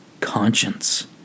conscience